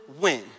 win